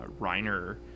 Reiner